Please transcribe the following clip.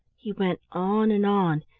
he went on and on,